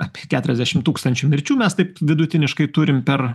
apie keturiasdešim tūkstančių mirčių mes taip vidutiniškai turim per